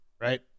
right